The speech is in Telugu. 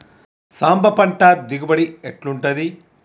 సాంబ పంట దిగుబడి ఎట్లుంటది?